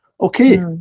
Okay